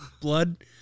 blood